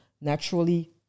naturally